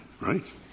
right